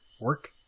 work